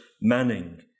Manning